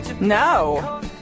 No